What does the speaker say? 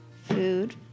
food